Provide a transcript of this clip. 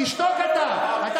תשתוק אתה.